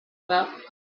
about